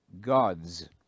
gods